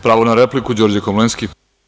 Pravo na repliku, Đorđe Komlenski.